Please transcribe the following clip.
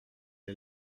est